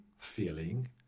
feeling